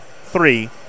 three